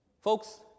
Folks